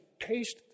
taste